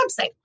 website